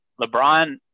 LeBron